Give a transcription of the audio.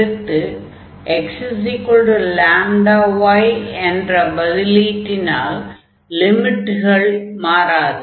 அடுத்து xλy என்று பதிலீட்டினால் லிமிட்கள் மாறாது